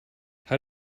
how